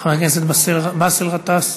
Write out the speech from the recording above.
חבר הכנסת באסל גטאס,